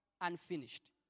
unfinished